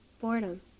boredom